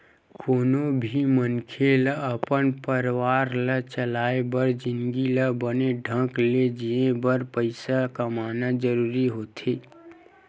कोनो भी मनखे ल अपन परवार ला चलाय बर जिनगी ल बने ढंग ले जीए बर पइसा कमाना जरूरी होथे